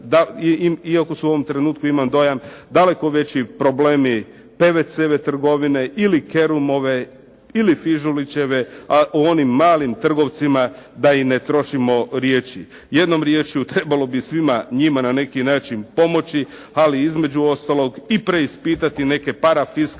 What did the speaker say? iako se u ovom trenutku imam dojam daleko veći problemi Pevecove trgovine ili Kerumove ili Fižulićeve, a o onim malim trgovcima da i ne trošimo riječi. Jednom riječju trebalo bi svima njima na neki način pomoći, ali između ostalog i preispitati neke para fiskalne